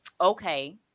okay